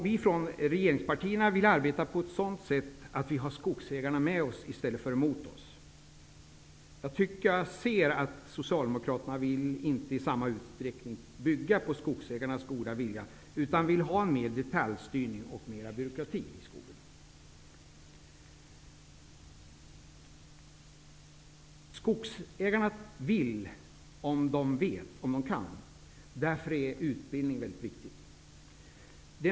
Vi från regeringspartierna vill arbeta på ett sådant sätt att vi har skogsägarna med oss i stället för mot oss. Jag tycker mig se att Socialdemokraterna inte i samma utsträckning vill bygga på skogsägarnas goda vilja. De vill ha mer detaljstyrning och mera byråkrati. Skogsägarna vill om de vet och kan. Därför är det väldigt viktigt med utbildning.